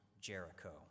Jericho